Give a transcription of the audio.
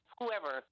whoever